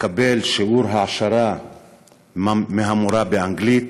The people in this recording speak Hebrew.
לקבל שיעור העשרה מהמורה באנגלית,